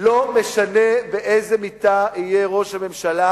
לא משנה באיזו מיטה יהיה ראש הממשלה,